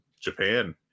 Japan